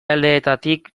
aldeetatik